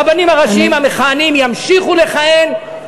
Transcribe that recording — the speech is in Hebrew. הרבנים הראשיים המכהנים ימשיכו לכהן,